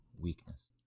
weakness